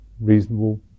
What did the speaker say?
reasonable